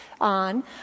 on